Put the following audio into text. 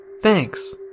thanks